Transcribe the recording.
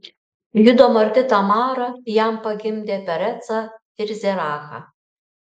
judo marti tamara jam pagimdė perecą ir zerachą